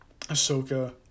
Ahsoka